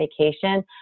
vacation